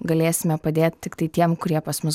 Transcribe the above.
galėsime padėt tiktai tiem kurie pas mus